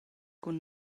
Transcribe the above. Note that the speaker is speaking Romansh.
cun